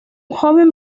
joven